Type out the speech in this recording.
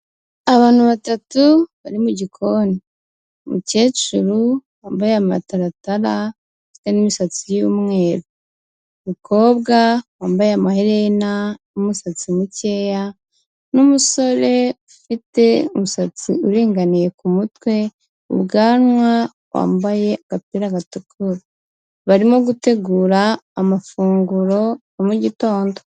Abantu batatu bari mu gikoni, umukecuru wambaye amataratara n'imisatsi y'umweru, umukobwa wambaye amahere n'umusatsi mukeya n'umusore ufite umusatsi uringaniye ku mutwe, ubwanwa, wambaye agapira gatukura barimo gutegura amafunguro ya gitondo.